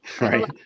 Right